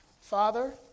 Father